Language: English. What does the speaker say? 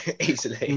easily